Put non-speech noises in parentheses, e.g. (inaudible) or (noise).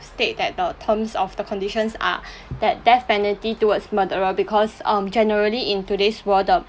state that the terms of the conditions are (breath) that death penalty towards murderer because um generally in today's world the